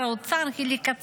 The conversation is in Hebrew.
המטרה של שר האוצר היא לקצץ,